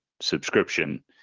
subscription